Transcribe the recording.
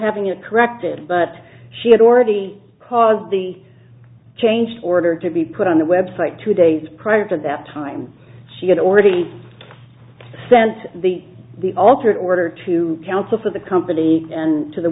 having it corrected but she had already caused the change order to be put on the website two days prior to that time she had already sent the the altered order to counsel for the company and to the